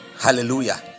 hallelujah